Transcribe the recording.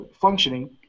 functioning